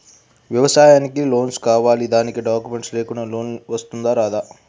వ్యవసాయానికి లోన్స్ కావాలి దానికి డాక్యుమెంట్స్ లేకుండా లోన్ వస్తుందా రాదా?